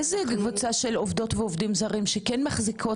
איזו קבוצה של עובדות ועובדים זרים שכן מחזיקות